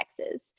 Texas